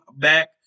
back